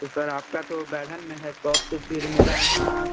तो सर आपका तो में है शॉप तो फिर मेरा यहाँ